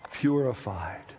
purified